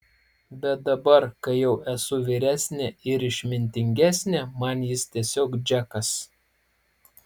bet dabar kai jau esu vyresnė ir išmintingesnė man jis tiesiog džekas